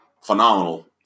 phenomenal